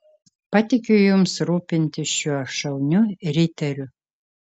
patikiu jums rūpintis šiuo šauniu riteriu